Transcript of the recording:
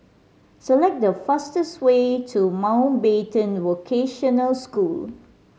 select the fastest way to Mountbatten Vocational School